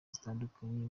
zitandukanye